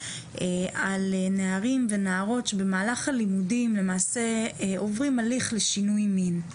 על נערים ונערות שבמהלך הלימודים למעשה עוברים הליך לשינוי מין,